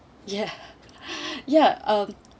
ya ya um